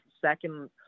second